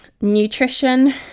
nutrition